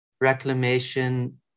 reclamation